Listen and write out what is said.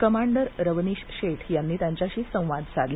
commander Ravnish Sheth यांनी त्यांच्याशी संवाद साधला